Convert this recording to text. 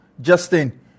Justin